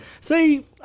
See